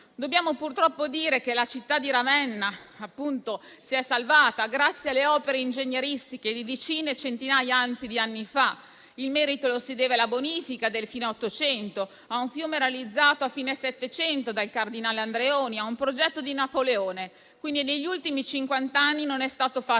Dobbiamo purtroppo dire che la città di Ravenna si è salvata grazie alle opere ingegneristiche di decine e centinaia di anni fa: il merito lo si deve alla bonifica di fine ottocento, a un fiume realizzato a fine Settecento dal cardinale Andreoni, a un progetto di Napoleone. Negli ultimi cinquant'anni non è stato fatto